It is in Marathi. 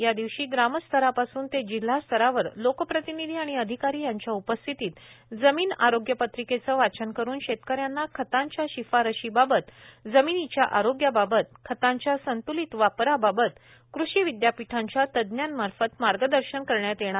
या दिवशी ग्रामस्तरापासून ते जिल्हास्तरावर लोकप्रतिनिधी व अधिकारी यांच्या उपस्थितीत जमिन आरोग्य पत्रिकेचे वाचन करुन शेतकऱ्यांना खतांच्या शिफारशीबाबत जमिनीच्या आरोग्याबाबत खतांच्या संतुलीत वापराबाबत कृषि विदयापिठांच्या तज्ञामार्फत मार्गदर्शन करावे